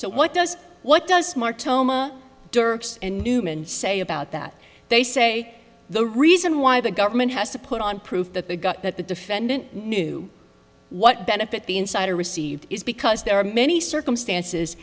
so what does what does martoma dirks and newman say about that they say the reason why the government has to put on proof that they got that the defendant knew what benefit the insider received is because there are many circumstances